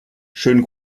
schönen